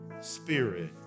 spirit